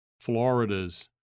Florida's